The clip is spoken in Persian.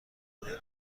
کره